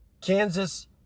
Kansas